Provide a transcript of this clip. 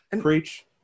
preach